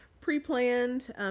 pre-planned